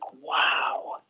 wow